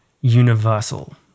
universal